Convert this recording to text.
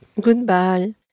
Goodbye